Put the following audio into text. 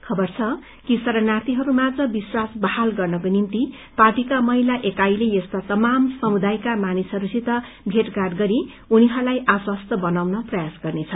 खबर छ कि शरणार्थीहरूमाझ विश्वास बहाल गर्नको निम्ति पार्टीका महिला एकाईले यस्ता तमाम समुदायका मानिसहरूसित भेटघाट गनी उनीहरूलाई आश्वस्त बनाउन प्रयास गर्नेछ